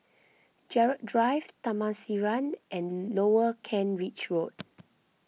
Gerald Drive Taman Sireh and Lower Kent Ridge Road